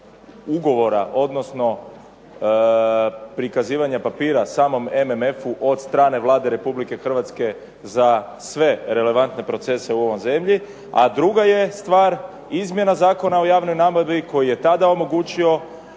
ugovora, odnosno prikazivanja papira samom MMF-u od strane Vlade Republike Hrvatske za sve relevantne procese u ovoj zemlji. A druga je stvar izmjena Zakona o javnoj nabavi koji je tada omogućio